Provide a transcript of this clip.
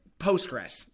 Postgres